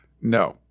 No